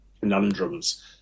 conundrums